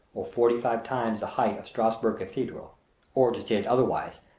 or forty-five times the height of strasburg cathedral or, to state it otherwise,